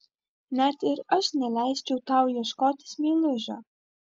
net ir aš neleisčiau tau ieškotis meilužio